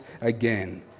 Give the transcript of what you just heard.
again